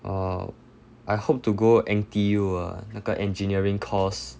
orh I hope to go N_T_U ah 那个 engineering course